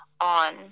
on